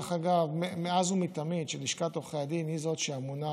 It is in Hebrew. ודרך אגב מאז ומתמיד לשכת עורכי הדין היא זאת שאמונה